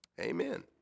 Amen